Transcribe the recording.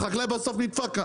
החקלאי בסוף נדפק,